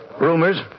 Rumors